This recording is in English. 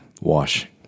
Wash